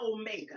omega